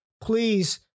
please